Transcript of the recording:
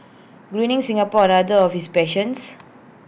Greening Singapore are another of his passions